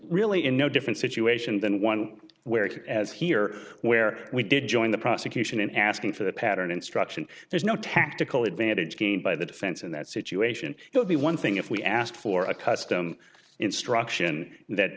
really in no different situation than one where you could as here where we did join the prosecution in asking for the pattern instruction there's no tactical advantage gained by the defense in that situation it would be one thing if we asked for a custom instruction that